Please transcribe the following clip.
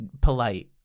polite